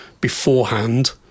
beforehand